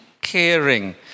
caring